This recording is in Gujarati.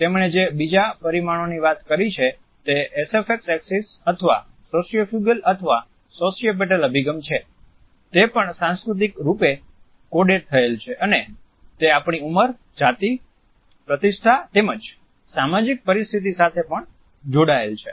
તેમણે જે બીજા પરિણામની વાત કરી છે તે SFP એકસિસ અથવા સોશિયોફયુગલ અથવા સોશિયોપેટલ અભિગમ છે તે પણ સાંસ્કૃતિક રૂપે કોડેડ થયેલ છે અને તે આપણી ઉંમર જાતિ પ્રતીષ્ઠા તેમજ સામાજિક પરિસ્થિતિ સાથે પણ જોડાયેલું છે